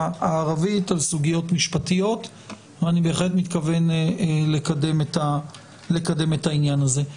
הערבית על סוגיות משפטיות ואני בהחלט מתכוון לקדם את העניין הזה.